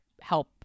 help